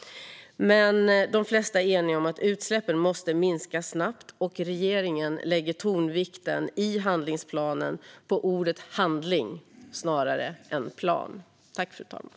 Men de flesta är eniga om att utsläppen måste minska snabbt, och regeringen lägger tonvikten i handlingsplanen på ordet handling snarare än på ordet plan.